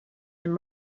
and